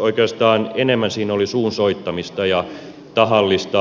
oikeastaan enemmän siinä oli suunsoittamista ja tahallista väärinymmärrystä